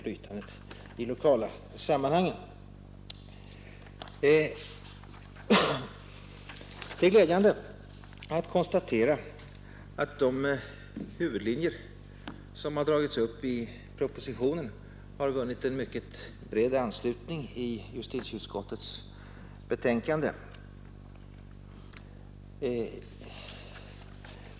Det är glädjande att konstatera att de huvudlinjer som har dragits upp i propositionen har vunnit en mycket bred anslutning i justitieutskottets betänkande.